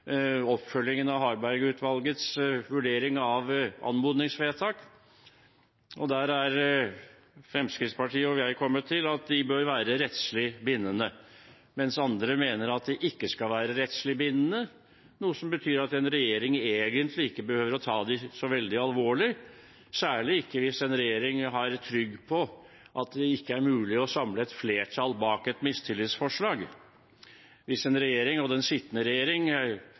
oppfølgingen av Harberg-utvalgets vurdering av anmodningsvedtak. Der er Fremskrittspartiet og jeg kommet til at de bør være rettslig bindende, mens andre mener at de ikke skal være rettslig bindende, noe som betyr at en regjering egentlig ikke behøver å ta dem så veldig alvorlig, særlig ikke hvis en regjering er trygg på at det ikke er mulig å samle et flertall bak et mistillitsforslag. Den sittende regjering